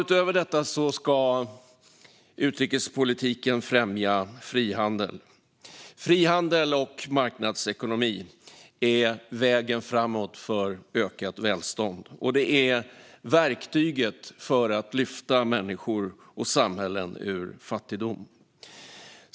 Utöver detta ska utrikespolitiken främja frihandel. Frihandel och marknadsekonomi är vägen framåt för ökat välstånd, och det är verktyget för att lyfta människor och samhällen ur fattigdom.